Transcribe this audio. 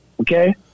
Okay